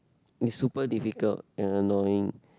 is super difficult and annoying